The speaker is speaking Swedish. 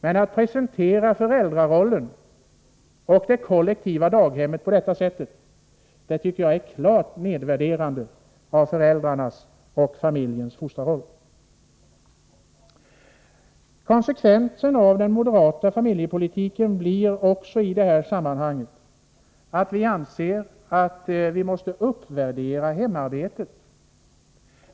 Men att presentera föräldrarollen och de kollektiva daghemmen på detta sätt tycker jag är en tydlig nedvärdering av föräldrarnas och familjens fostrarroll. I konsekvens med den moderata familjepolitiken anser vi att hemarbetet måste uppvärderas.